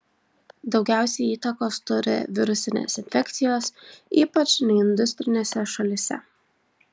daugiausiai įtakos turi virusinės infekcijos ypač neindustrinėse šalyse